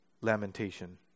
lamentation